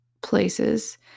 places